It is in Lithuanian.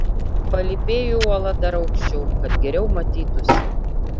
palypėju uola dar aukščiau kad geriau matytųsi